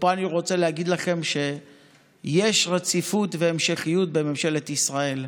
ופה אני רוצה להגיד לכם שיש רציפות והמשכית בממשלת ישראל,